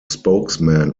spokesman